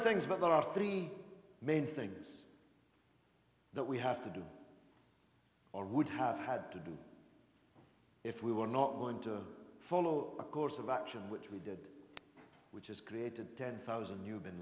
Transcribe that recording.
things but there are three main things that we have to do or would have had to do if we were not going to follow a course of action which we did which is created ten thousand new bin